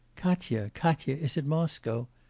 katya, katya, is it moscow?